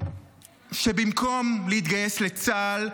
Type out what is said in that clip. שבמקום להתגייס לצה"ל,